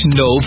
no